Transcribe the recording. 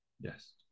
Yes